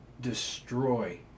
destroy